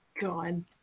God